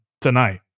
tonight